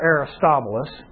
Aristobulus